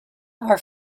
are